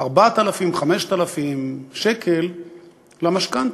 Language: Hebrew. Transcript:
4,000 5,000 שקל למשכנתה?